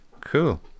cool